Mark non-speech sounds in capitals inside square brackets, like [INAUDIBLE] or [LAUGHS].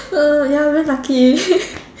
uh ya very lucky [LAUGHS]